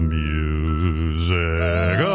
music